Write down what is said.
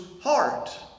heart